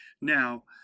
now